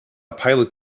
pilot